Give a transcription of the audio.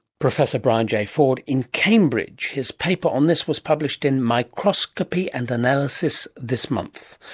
professor brian j ford in cambridge. his paper on this was published in microscopy and analysis this month.